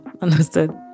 understood